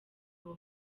abo